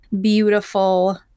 beautiful